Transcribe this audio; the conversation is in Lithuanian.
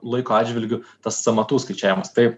laiko atžvilgiu tas sąmatų skaičiavimas tai